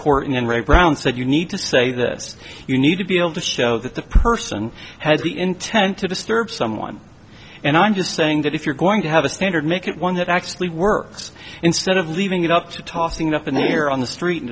court in ray brown said you need to say this you need to be able to show that the person has the intent to disturb someone and i'm just saying that if you're going to have a standard make it one that actually works instead of leaving it up to tossing up in the air on the street